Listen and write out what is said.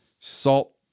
Salt